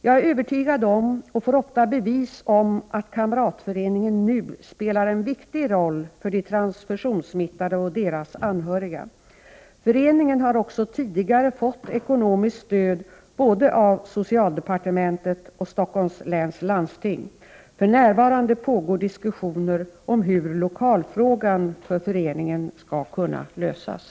Jag är övertygad om och får ofta bevis för att kamratföreningen NU spelar en viktig roll för de transfusionssmittade och deras anhöriga. Föreningen har också tidigare fått ekonomiskt stöd både av socialdepartementet och av Stockholms läns landsting. För närvarande pågår diskussioner om hur lokalfrågan för föreningen skall kunna lösas.